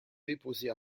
déposés